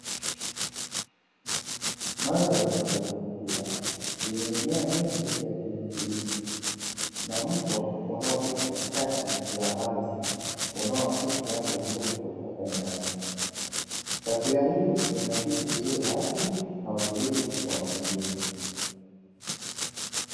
Mandhari ya kuvutia yenye mimea mingi ya kijani kibichi na mto unaopita katikati ya ardhi, unaoakisi rangi ya bluu kwenye anga, taswira hii inaakisi uzuri wa asili na utulivu wa mazingira.